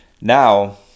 Now